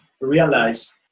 realize